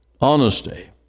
Honesty